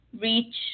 reach